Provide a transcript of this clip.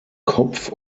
kopf